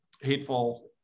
hateful